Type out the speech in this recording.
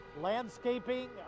landscaping